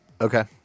Okay